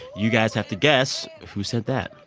you guys have to guess who said that.